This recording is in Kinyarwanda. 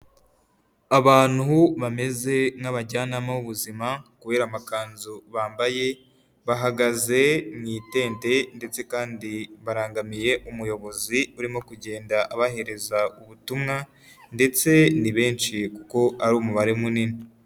Abantu bameze nk'abajyanama b'ubuzima kubera amakanzu bambaye bahagaze mu itente, ndetse kandi barangamiye umuyobozi urimo kugenda abahereza ubutumwa ndetse ni benshi kuko ari umubare munini.